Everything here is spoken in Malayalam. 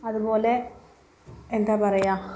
അതുപോലെ എന്താ പറയുക